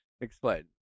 explain